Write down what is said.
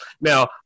now